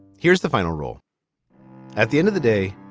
here's the final roll at the end of the day.